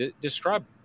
describe